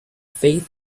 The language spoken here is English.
faith